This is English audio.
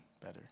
better